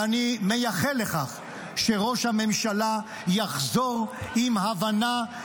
ואני מייחל לכך שראש הממשלה יחזור עם הבנה,